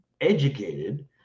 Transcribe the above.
educated